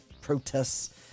protests